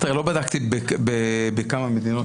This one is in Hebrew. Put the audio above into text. תראה, לא בדקתי בכמה מדינות.